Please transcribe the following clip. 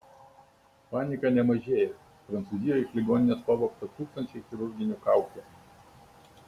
panika nemažėją prancūzijoje iš ligoninės pavogta tūkstančiai chirurginių kaukių